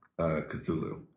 Cthulhu